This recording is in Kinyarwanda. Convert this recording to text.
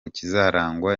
kizarangwa